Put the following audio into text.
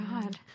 God